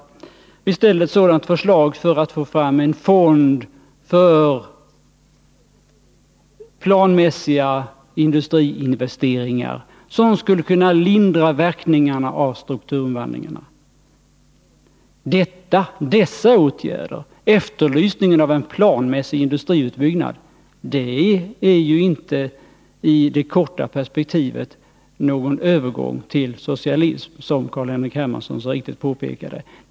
Vi framställde ett sådant förslag för att få fram en fond för planmässiga industriinvesteringar som skulle kunna lindra verkningarna av strukturomvandlingarna. Dessa åtgärder, bl.a. efterlysningen av en planmässig industriutbyggnad innebär ju inte i det korta perspektivet någon övergång till socialism, som Carl-Henrik Hermansson så riktigt påpekade.